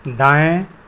दायें